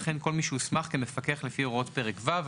וכן כל מי שהוסמך כמפקח לפי הוראות פרק ו'.